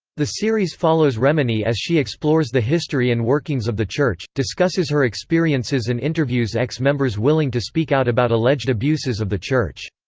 the series follows remini as she explores the history and workings of the church, discusses her experiences and interviews ex-members willing to speak out about alleged abuses of the church.